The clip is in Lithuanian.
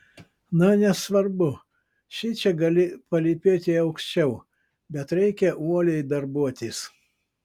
na nesvarbu šičia gali palypėti aukščiau bet reikia uoliai darbuotis